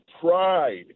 pride